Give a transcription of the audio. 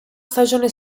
stagione